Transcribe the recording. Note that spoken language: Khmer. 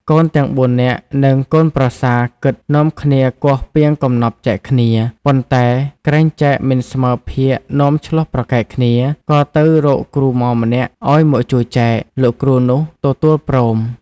កូនទាំង ៤នាក់ និងកូនប្រសាគិតនាំគ្នាគាស់ពាងកំណប់ចែកគ្នា ប៉ុន្តែក្រែងចែក មិនស្មើភាគនាំឈ្លោះប្រែកែកគ្នា ក៏ទៅរកគ្រូហ្មម្នាក់ឱ្យមកជួយចែក លោកគ្រូនោះទទួលព្រម។